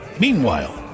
Meanwhile